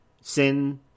sin